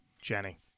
jenny